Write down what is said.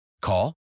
Call